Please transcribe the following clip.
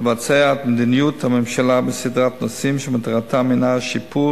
לבצע את מדיניות הממשלה בסדרת נושאים שמטרתם שיפור